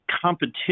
competition